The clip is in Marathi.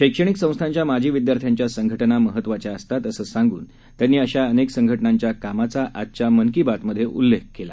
शक्तणिक संस्थांच्या माजी विद्यार्थ्यांच्या संघटना महत्वाच्या असतात असं सांगून त्यांनी अशा अनेक संघटनांच्या कामाचा आजच्या मन की बातमधे उल्लेख केला